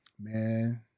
man